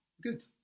good